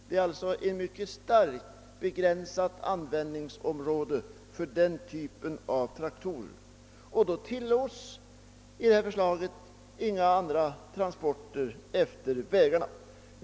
Det är alltså ett mycket starkt begränsat användningsområde för denna typ av traktorer; i detta fall tillåts inga andra transporter efter vägarna.